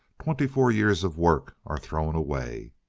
twenty-four years of work are thrown away!